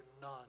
none